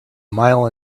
mile